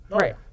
right